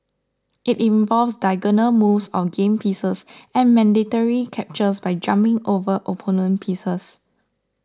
it involves diagonal moves of game pieces and mandatory captures by jumping over opponent pieces